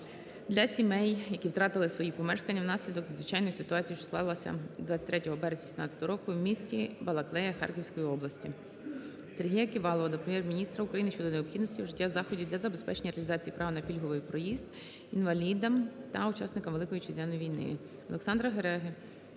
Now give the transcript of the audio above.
для сімей, які втратили свої помешкання внаслідок надзвичайної ситуації, що склалася 23 березня 2017 року в місті Балаклеї Харківської області. Сергія Ківалова до Прем'єр-міністра України щодо необхідності вжиття заходів для забезпечення реалізації права на пільговий проїзд інвалідами та учасниками Великої Вітчизняної війни. Олександра Ревеги